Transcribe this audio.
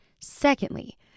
Secondly